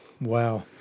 Wow